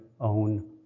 own